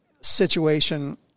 situation